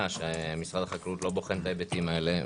שמשרד החקלאות לא בוחן את ההיבטים האלה,